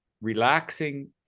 relaxing